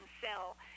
sell